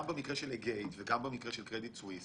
גם במקרה של אגייט וגם במקרה של קרדיט סוויס